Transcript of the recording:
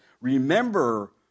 Remember